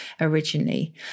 originally